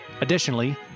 Additionally